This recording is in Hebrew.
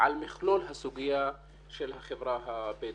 על מכלול הסוגיה של החברה הבדואית.